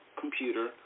computer